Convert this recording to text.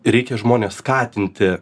reikia žmones skatinti